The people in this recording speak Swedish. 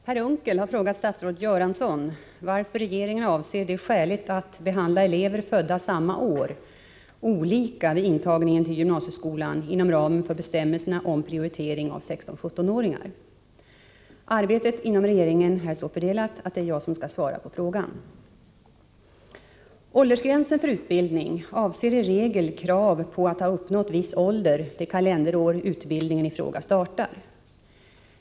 Fru talman! Per Unckel har frågat statsrådet Göransson varför regeringen anser det skäligt att behandla elever födda samma år olika vid intagningen till gymnasieskolan inom ramen för bestämmelserna om prioritering av 16 och 17-åringar. Arbetet inom regeringen är så fördelat att det är jag som skall svara på frågan. Åldersgränsen för utbildning avser i regel krav på att ha uppnått viss ålder det kalenderår utbildningen i fråga startar.